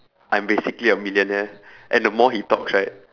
I'm basically a millionaire and the more he talks right